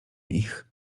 ich